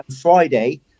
Friday